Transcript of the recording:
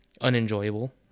unenjoyable